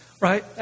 right